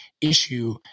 issue